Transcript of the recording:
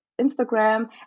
Instagram